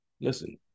listen